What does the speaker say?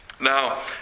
Now